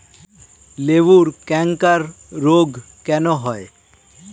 লেবুর ক্যাংকার রোগ কেন হয়?